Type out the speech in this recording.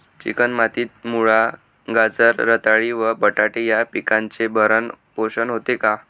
Chicken मातीत मुळा, गाजर, रताळी व बटाटे या पिकांचे भरण पोषण होते का?